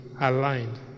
aligned